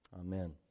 Amen